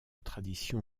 tradition